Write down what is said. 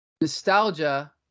nostalgia